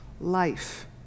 life